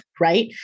right